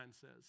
says